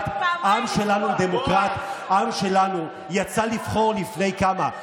העם שלנו דמוקרט, העם שלנו יצא לבחור לפני, כמה?